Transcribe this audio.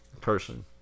person